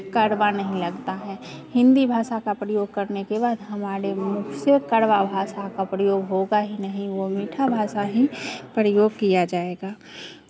कड़वा नहीं लगता है हिंदी भाषा का प्रयोग करने के बाद हमारे मुख से कड़वा भाषा का प्रयोग होगा ही नहीं वो मीठा भाषा ही प्रयोग किया जाएगा